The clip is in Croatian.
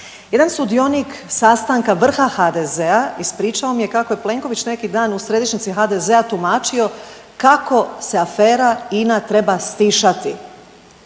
Jedan sudionik sastanka vrha HDZ-a ispričao mi je kako je Plenković neki dan u Središnjici HDZ-a tumačio kako se afera INA treba stišati,